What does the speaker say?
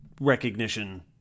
recognition